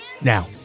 now